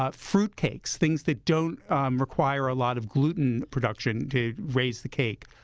ah fruitcakes things that don't require a lot of gluten production to raise the cake.